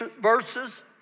verses